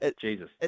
Jesus